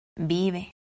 vive